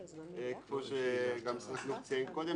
כמו שגם משרד החינוך ציין קודם,